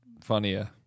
funnier